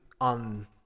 on